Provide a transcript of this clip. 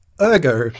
Ergo